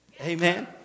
Amen